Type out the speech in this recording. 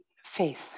Faith